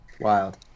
Wild